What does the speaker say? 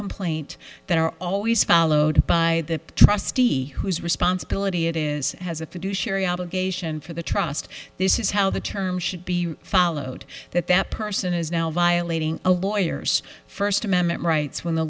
complaint that are always followed by the trustee whose responsibility it is has a fiduciary obligation for the trust this is how the term should be followed that that person is now violating a lawyer first amendment rights when the